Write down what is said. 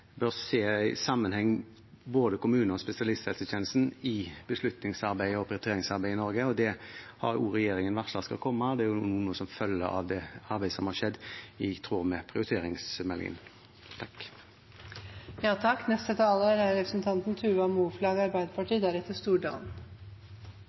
i sammenheng både kommunen og spesialisthelsetjenesten i beslutningsarbeidet og prioriteringsarbeidet i Norge, og det har også regjeringen varslet skal komme. Det er også noe som følger av det arbeidet som har skjedd, i tråd med prioriteringsmeldingen. Jeg kan egentlig slutte meg til mye av det som representanten